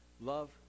Love